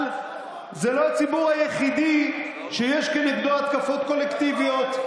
אבל זה לא הציבור היחיד שיש נגדו התקפות קולקטיביות,